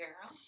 girl